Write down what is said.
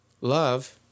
love